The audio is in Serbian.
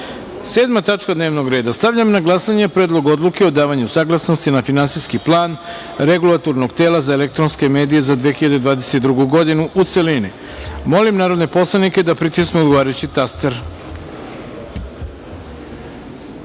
tačka dnevnog reda – Stavljam na glasanje Predlog odluke o davanju saglasnosti na Finansijski plan Regulatornog tela za elektronske medije za 2022. godinu, u celini. Molim poslanike da pritisnu odgovarajući